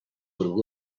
would